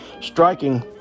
striking